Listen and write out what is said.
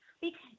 because-